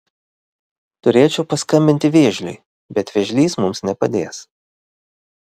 turėčiau paskambinti vėžliui bet vėžlys mums nepadės